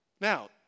Now